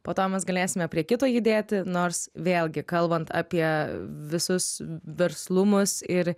po to mes galėsime prie kito judėti nors vėlgi kalbant apie visus verslumus ir